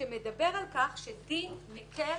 שמדבר על כך שדין מקל